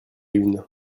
une